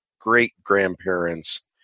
great-grandparents